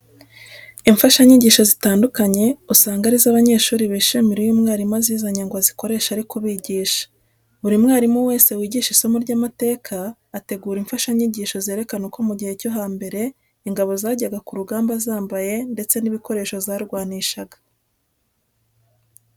Imfashanyigisho zitandukanye usanga ari zo abanyeshuri bishimira iyo umwarimu azizanye ngo azikoreshe ari kubigisha. Buri mwarimu wese wigisha isomo ry'amateka, ategura imfashanyigisho zerekana uko mu gihe cyo hambere ingabo zajyaga ku rugamba zambaye ndetse n'ibikoresho zarwanishaga.